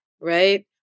right